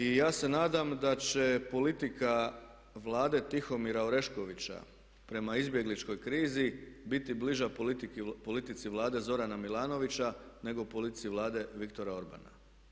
I ja se nadam da će politika Vlade Tihomira Oreškovića prema izbjegličkoj krizi biti bliža politici Vlade Zorana Milanovića nego politici vlade Viktora Orbana.